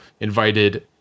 invited